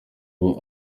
abo